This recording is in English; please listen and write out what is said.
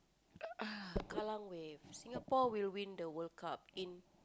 uh Kallang Wave Singapore will win the World-Cup in